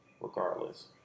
regardless